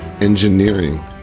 engineering